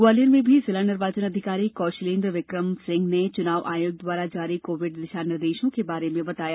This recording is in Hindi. ग्वालियर में भी जिला निर्वाचन अधिकारी कौशलेन्द्र विक्रम सिंह ने चुनाव आयोग द्वारा जारी कोविड दिशानिर्देशों के बारे में बताया